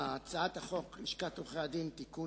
הצעת החוק לשכת עורכי הדין (תיקון,